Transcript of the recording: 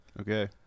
Okay